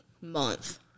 month